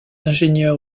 ingénieur